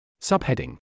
Subheading